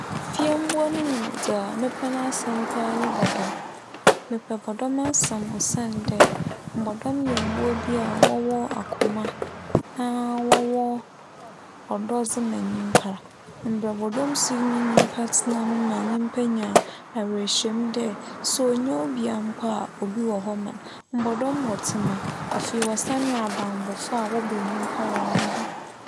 Fie mbowa no mu dza mepɛ n'asɛm paa nye bͻbͻm. Mepɛ bͻdͻm asɛm osiandɛ mbͻdͻm yɛ mbowa bi a wͻwͻ akoma na wͻwͻ ͻdͻ dze ma nyimpa. Mbrɛ bͻdͻm si nye nyimpa tsena no ma nyimpa nya awerɛhyɛmu dɛ sɛ onnyi obiaa mpo a obi wͻ hͻ ma no. Mbͻdͻm wͻ tsema afei wͻsan yɛ abambͻfo a wͻbͻ enyimpa hͻn ho ban.